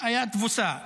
היה תבוסה.